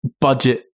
budget